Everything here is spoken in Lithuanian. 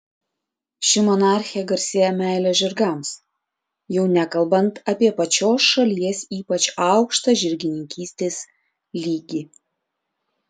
ši monarchė garsėja meile žirgams jau nekalbant apie pačios šalies ypač aukštą žirgininkystės lygį